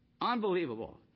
unbelievable